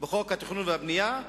בחוק התכנון והבנייה,